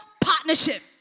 partnership